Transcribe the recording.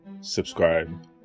subscribe